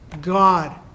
God